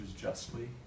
justly